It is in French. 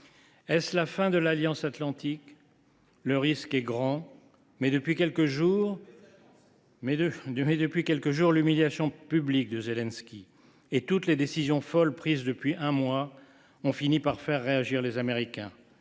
? De la mésalliance atlantique ! Le risque est grand, mais l’humiliation publique de Zelensky et toutes les décisions folles prises depuis un mois ont fini par faire réagir les Américains.